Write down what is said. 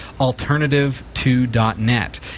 Alternative2.net